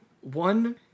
One